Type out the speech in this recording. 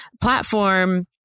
platform